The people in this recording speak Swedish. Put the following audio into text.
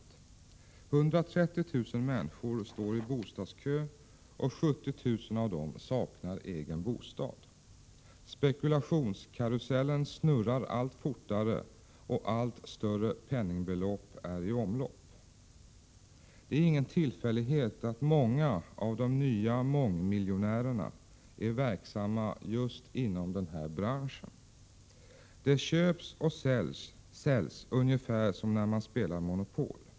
130 000 människor står i bostadskön, och 70 000 av dem saknar egen bostad. Spekulationskarusellen snurrar allt fortare, och allt större penningbelopp är i omlopp. Det är ingen tillfällighet att många av de nya mångmiljonärerna är verksamma just inom den här branschen. Det köps och säljs ungefär som när man spelar Monopol.